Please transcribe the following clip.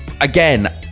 again